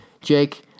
Jake